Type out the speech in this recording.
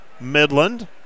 Midland